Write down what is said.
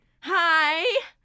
Hi